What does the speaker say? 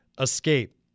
escape